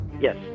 Yes